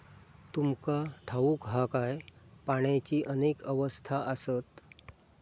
तुमका ठाऊक हा काय, पाण्याची अनेक अवस्था आसत?